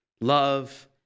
love